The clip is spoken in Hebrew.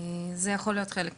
זה בהחלט יכול להיות חלק מההסבר.